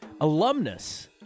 alumnus